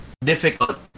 difficult